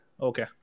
Okay